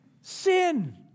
Sin